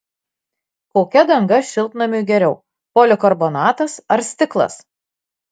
kokia danga šiltnamiui geriau polikarbonatas ar stiklas